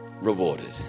rewarded